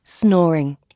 Snoring